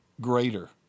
greater